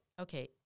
okay –